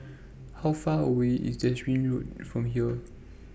How Far away IS Derbyshire Road from here